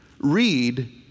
read